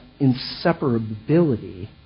inseparability